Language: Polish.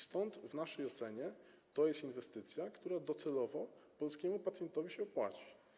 Stąd w naszej ocenie to jest inwestycja, która docelowo polskiemu pacjentowi się opłaci.